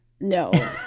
No